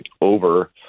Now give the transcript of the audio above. over